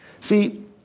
See